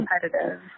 competitive